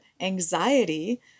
anxiety